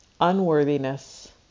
unworthiness